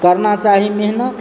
करना चाही मेहनत